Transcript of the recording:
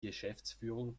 geschäftsführung